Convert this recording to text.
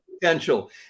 Potential